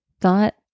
thought